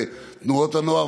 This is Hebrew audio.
בתנועות הנוער,